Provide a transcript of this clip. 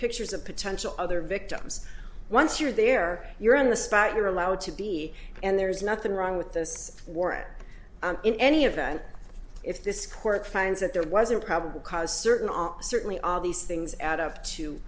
pictures of potential other victims once you're there you're in the spot you're allowed to be and there's nothing wrong with this war up in any event if this court finds that there wasn't probable cause certain are certainly all these things add up to